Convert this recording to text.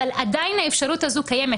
אבל עדיין האפשרות הזו קיימת.